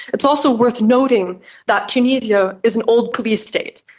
it's also worth noting that tunisia is an old police state,